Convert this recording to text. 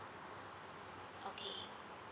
okay